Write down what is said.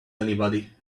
anybody